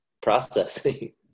processing